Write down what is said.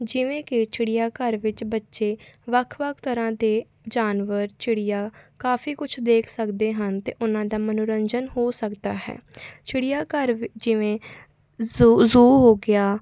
ਜਿਵੇਂ ਕਿ ਚਿੜੀਆ ਘਰ ਵਿੱਚ ਬੱਚੇ ਵੱਖ ਵੱਖ ਤਰ੍ਹਾਂ ਦੇ ਜਾਨਵਰ ਚਿੜੀਆ ਕਾਫੀ ਕੁਛ ਦੇਖ ਸਕਦੇ ਹਨ ਅਤੇ ਉਹਨਾਂ ਦਾ ਮਨੋਰੰਜਨ ਹੋ ਸਕਦਾ ਹੈ ਚਿੜੀਆ ਘਰ ਜਿਵੇਂ ਜ਼ੁ ਜ਼ੂ ਹੋ ਗਿਆ